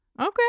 Okay